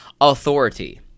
authority